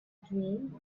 dream